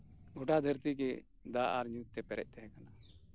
ᱜᱚᱴᱟ ᱫᱷᱟᱹᱨᱛᱤ ᱜᱮ ᱫᱟᱜ ᱟᱨ ᱧᱩᱛ ᱛᱮ ᱯᱮᱨᱮᱡ ᱛᱟᱦᱮᱸ ᱠᱟᱱᱟ